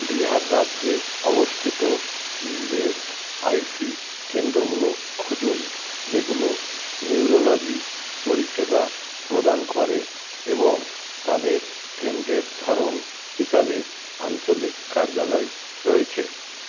বিহার রাজ্যে অবস্থিত ইএসআইসি কেন্দ্রগুলো খুঁজুন যেগুলো নিউরোলজি পরিষেবা প্রদান করে এবং তাদের কেন্দ্রের ধরন হিসাবে আঞ্চলিক কার্যালয় রয়েছে